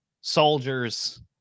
soldiers